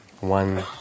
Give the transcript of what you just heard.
One